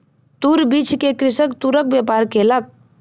तूर बीछ के कृषक तूरक व्यापार केलक